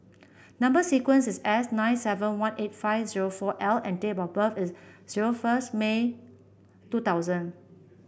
number sequence is S nine seven one eight five zero four L and date of birth is zero first May two thousand